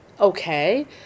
Okay